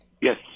Yes